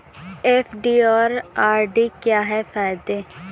FD और RD के क्या फायदे हैं?